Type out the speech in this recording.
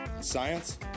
Science